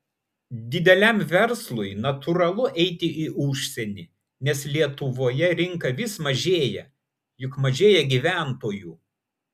dideliam verslui natūralu eiti į užsienį nes lietuvoje rinka vis mažėja juk mažėja gyventojų